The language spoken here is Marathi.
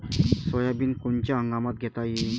सोयाबिन कोनच्या हंगामात घेता येईन?